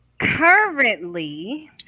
Currently